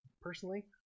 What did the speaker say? personally